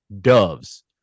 Doves